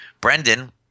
Brendan